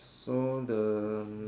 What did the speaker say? so the